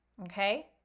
okay